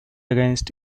against